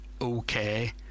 okay